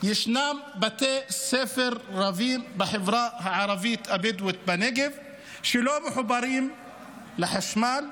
ישנם בתי ספר רבים בחברה הערבית הבדואית בנגב שלא מחוברים לחשמל,